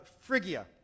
Phrygia